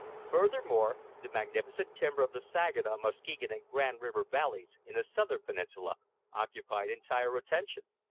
furthermore, the magnificent timber of the saginaw, muskegon, and grand river valleys in the southern peninsula occupied entire attention.